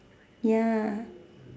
ya